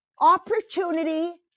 Opportunity